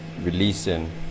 releasing